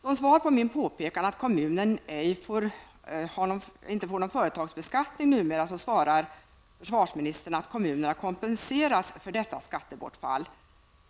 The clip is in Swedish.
Som svar på mitt påpekande att kommunen numera inte får del av intäkterna av företagsbeskattningen svarar försvarsministern att kommunerna kompenseras för detta skattebortfall.